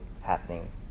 happening